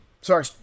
Sorry